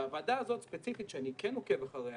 הוועדה הזאת ספציפית שאני כן עוקב אחריה,